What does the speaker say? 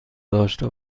داشته